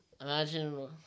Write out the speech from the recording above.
imagine